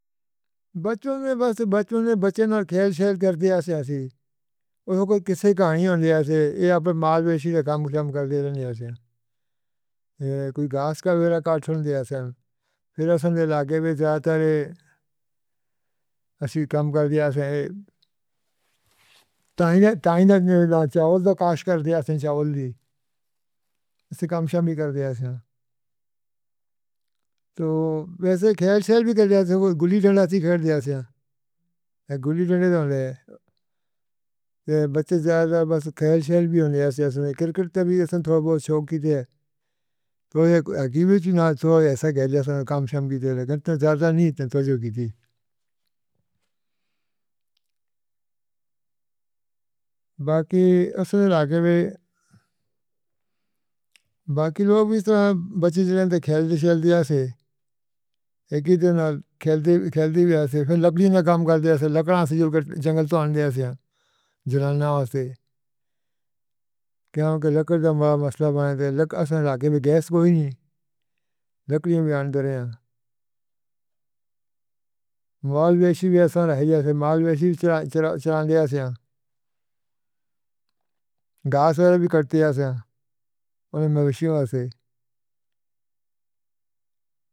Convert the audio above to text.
بچّیاں نے بس۔ بچّیاں نے بچپن میں کھیل شیلا کردے نیں۔ ایسی کہانی ہوندی جیویں اب مال بہسی کام کر دیندی اے۔ ایسے گھاس دا وغیرہ کٹ دتی پھر لگّے وی۔ چاہندے رہے اسی کم کر دیندے سی۔ تائیں تائیں نے چاول کاشت کردے نیں، چاول وی کم کردے نیں۔ تو ویسے کھیل شیلا وی گُلی کھیڈدے نیں پر بچّے زیادہ کھیل شیلا وی ہوندے نیں۔ کرکٹ وی تھوڑا بہت شوق ہوندا اے۔ اک ایسا کر لیندا ہاں کم کام دی جگہ نئیں تاں زیادہ نئیں تُجھے۔ کسے باقی لگّے ہوئے باقی لوگ وی بچّے کھیل نئیں کھیڈدے ہوندے تے کھیلدے کھیلدے وی لمبا کام کردے نیں۔ لڑکا سُکے جنگل تاں آنند اے جلانا اُسنوں کیوں جو لکڑی دا وڈا مسئلہ اے تے اگے وی گیس کوئی نئیں لکڑی وی آندی دیندے نیں۔ مال وی ایسا رہ جاے تاں مال وی چلا جاندا اے۔ گھاس وی کٹدی اے تے مویشیاں توں۔